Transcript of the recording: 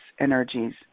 energies